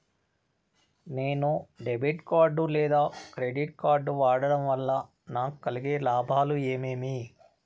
నేను debit card లేదా credit card వాడడం వల్ల నాకు కలిగే లాభాలు ఏమేమీ?